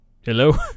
Hello